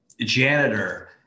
janitor